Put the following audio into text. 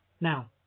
Now